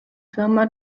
firma